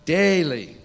daily